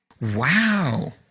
Wow